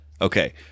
Okay